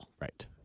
Right